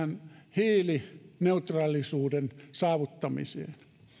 hiilineutraalisuuden saavuttamiseen